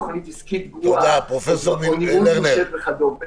תוכנית עסקית גרועה או ניהול כושל וכדומה.